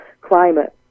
climate